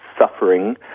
suffering